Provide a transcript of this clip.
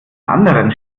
anderen